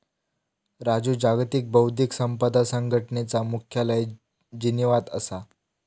राजू जागतिक बौध्दिक संपदा संघटनेचा मुख्यालय जिनीवात असा